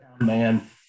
man